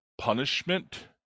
punishment